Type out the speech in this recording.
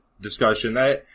discussion